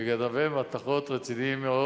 שגנבי מתכות רציניים מאוד